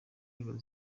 inzego